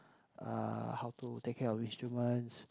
uh how to take care of instruments